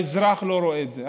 האזרח לא רואה את זה.